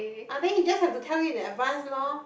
ah then he just have to tell you in advance lor